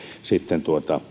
sitten